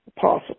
possible